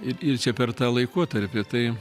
ir ir čia per tą laikotarpį tai